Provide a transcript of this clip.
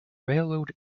railroad